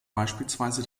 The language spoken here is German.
beispielsweise